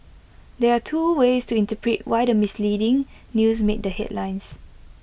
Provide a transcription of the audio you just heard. there are two ways to interpret why the misleading news made the headlines